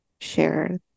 share